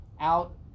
out